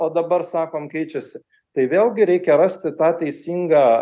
o dabar sakom keičiasi tai vėlgi reikia rasti tą teisingą